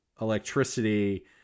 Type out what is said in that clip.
electricity